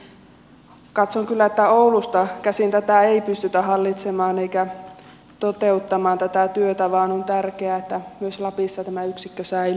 eli katson kyllä että oulusta käsin ei pystytä hallitsemaan eikä toteuttamaan tätä työtä vaan on tärkeää että myös lapissa tämä yksikkö säilyy